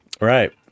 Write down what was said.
Right